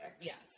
Yes